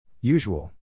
Usual